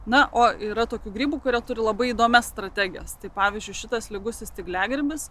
na o yra tokių grybų kurie turi labai įdomia strategijos tai pavyzdžiui šitas